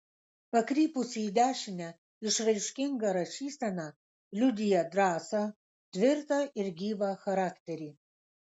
pakrypusi į dešinę išraiškinga rašysena liudija drąsą tvirtą ir gyvą charakterį